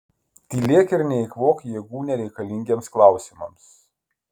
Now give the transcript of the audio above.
tylėk ir neeikvok jėgų nereikalingiems klausimams